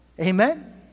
Amen